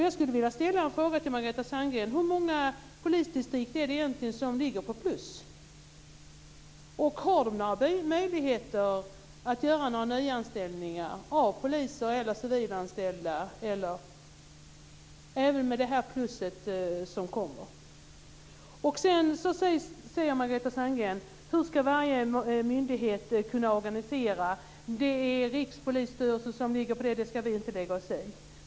Jag skulle vilja fråga Margareta Sandgren: Hur många polisdistrikt är det egentligen som ligger på plus? Och har de några möjligheter att göra några nyanställningar av poliser eller civilanställda, även med det plus som kommer? Sedan säger Margareta Sandgren: Hur ska varje myndighet kunna organisera? Det är Rikspolisstyrelsen som sköter det, och det ska inte vi lägga oss i.